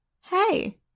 hey